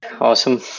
Awesome